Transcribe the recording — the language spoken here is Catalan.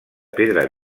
pedra